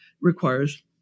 requires